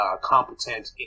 competent